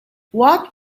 what